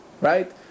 Right